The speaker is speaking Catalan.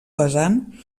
vessant